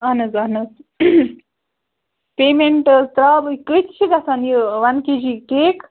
اہَن حظ اہَن حظ پیمنٹہٕ حظ ترٛاوٕ بہٕ کۭتِس چھِ گژھان یہِ وَن کے جی کیک